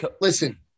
Listen